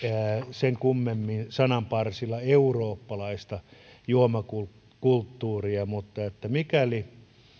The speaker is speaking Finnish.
sen kummemmin sananparsilla eurooppalaista juomakulttuuria mutta mikäli